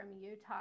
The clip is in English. utah